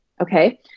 Okay